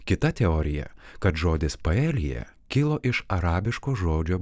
kita teorija kad žodis paelija kilo iš arabiško žodžio